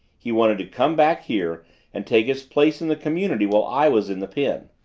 he wanted to come back here and take his place in the community while i was in the pen.